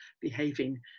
behaving